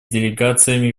делегациями